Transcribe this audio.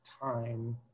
time